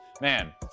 Man